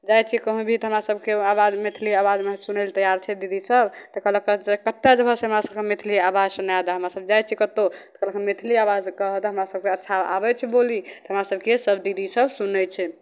जाइ छिए कहूँ भी तऽ हमरा सभकेँ आवाज मैथिली आवाजमे सुनै ले तैआर छै दीदीसभ तऽ कहलक जे कतए जेबहक से हमरा सभकेँ मैथिली आवाज सुनै दे हमरासभ जाइ छिए कतहु तऽ कहलक मैथिली आवाज कहऽ तऽ हमरा सभकेँ अच्छा आबै छै बोली तऽ हमरा सभकेँ सभ दीदीसभ सुनै छै